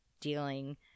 dealing